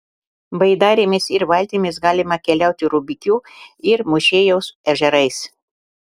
baidarėmis ir valtimis galima keliauti rubikių ir mūšėjaus ežerais